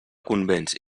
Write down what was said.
convents